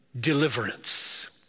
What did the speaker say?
deliverance